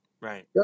right